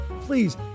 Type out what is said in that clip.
Please